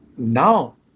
now